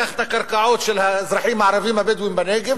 לקחת את הקרקעות של האזרחים הערבים הבדואים בנגב,